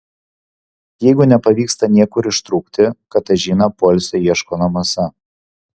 jeigu nepavyksta niekur ištrūkti katažina poilsio ieško namuose